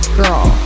girl